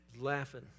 laughing